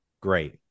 great